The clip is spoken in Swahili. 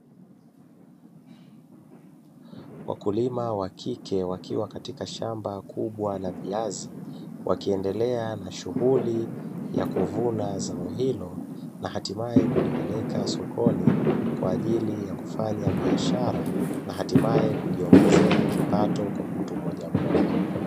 Wakulima wa kike wakiwa katika shamba kubwa la viazi, wakiendelea na shughuli ya kuvuna zao hilo na hatimaye kulipeleka sokoni, kwa ajili ya kufanya biashara na hatimaye kujiongezea kipato kwa mtu mmoja mmoja.